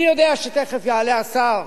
אני יודע שתיכף יעלה השר